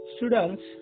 Students